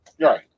Right